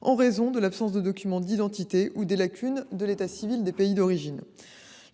en raison de l’absence de documents d’identité ou des lacunes de l’état civil des pays d’origine.